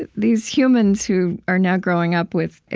ah these humans who are now growing up with,